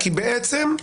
נכון.